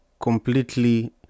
completely